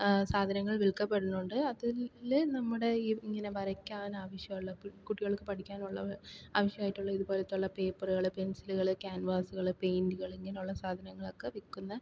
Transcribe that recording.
സാധനങ്ങൾ വിൽക്കപ്പെടുന്നുണ്ട് അതിൽ നമ്മുടെ ഈ ഇങ്ങനെ വരയ്ക്കാൻ ആവശ്യമുള്ള കുട്ടികൾക്ക് പഠിക്കാനുള്ള ആവശ്യമായിട്ടുള്ള ഇതുപോലത്തെ ഉള്ള പേപ്പറുകൾ പെൻസിലുകൾ ക്യാൻവാസുകൾ പെയിൻറുകൾ ഇങ്ങനെയുള്ള സാധനങ്ങളൊക്കെ വിൽക്കുന്ന